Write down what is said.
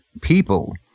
people